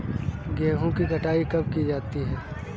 गेहूँ की कटाई कब की जाती है?